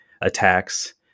attacks